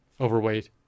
overweight